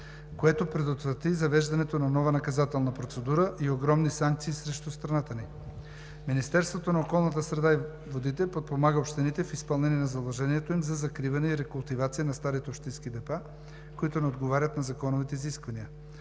което предотврати завеждането на нова наказателна процедура и огромни санкции срещу страната ни. Министерството на околната среда и водите подпомага общините в изпълнение на задължението им за закриване и рекултивация на старите общински депа, които не отговарят на законовите изисквания.